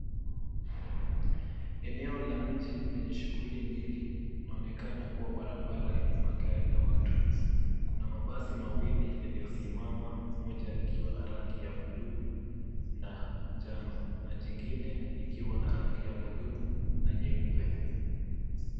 Eneo la mji lenye shughuli nyingi. Inaonekana kuwa barabara yenye magari na watu. Kuna mabasi mawili yaliyosimama moja likiwa na rangi ya buluu na njano na jingine likiwa na rangi ya buluu na nyeupe.